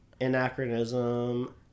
anachronism